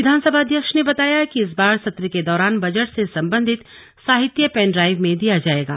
विधानसभा अध्यक्ष ने बताया कि इस बार सत्र के दौरान बजट से संबंधित साहित्य पेन ड्राइव में दिया जाएगा